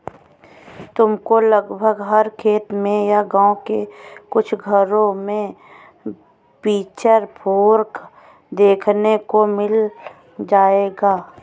तुमको लगभग हर खेत में या गाँव के कुछ घरों में पिचफोर्क देखने को मिल जाएगा